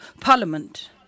Parliament